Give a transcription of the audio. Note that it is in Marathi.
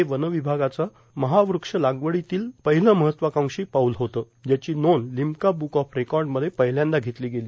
हे वन र्वभागाचं महावृक्षलागवडीतील महत्वाकांक्षी पाऊल होतं ज्याची नोंद र्लिम्का बुक ऑफ रेकॉडमध्ये र्पाहल्यांदा घेतला गेला